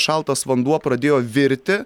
šaltas vanduo pradėjo virti